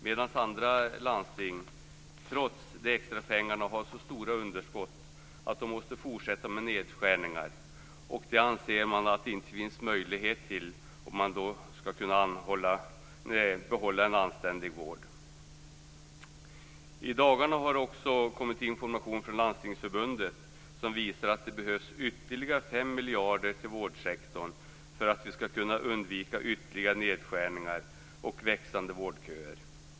Andra landsting har däremot, trots de extra pengarna, så stora underskott att de måste fortsätta med nedskärningarna. Det anser man att det inte finns möjlighet till om man skall kunna behålla en anständig vård. I dagarna har det också kommit information från Landstingsförbundet som visar att det behövs ytterligare 5 miljarder kronor till vårdsektorn för att vi skall kunna undvika ytterligare nedskärningar och växande vårdköer.